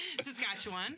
Saskatchewan